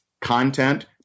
Content